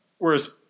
Whereas